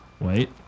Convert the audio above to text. Wait